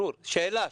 שאלה,